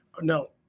No